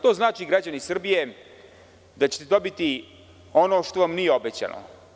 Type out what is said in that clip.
To znači, građani Srbije, da ćete dobiti ono što vam nije obećano.